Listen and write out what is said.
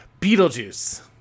Beetlejuice